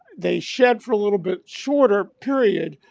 they shed for a little bit shorter period,